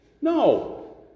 No